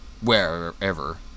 wherever